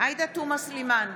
עאידה תומא סלימאן,